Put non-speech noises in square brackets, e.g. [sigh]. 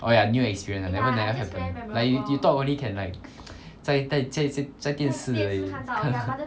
orh ya new experience never never happen like you you thought only can like [noise] 在在在在电视而已看